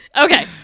Okay